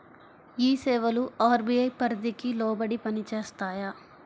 ఈ సేవలు అర్.బీ.ఐ పరిధికి లోబడి పని చేస్తాయా?